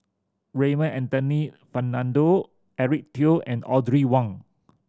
Raymond Anthony Fernando Eric Teo and Audrey Wong